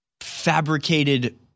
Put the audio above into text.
fabricated